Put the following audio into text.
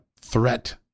threat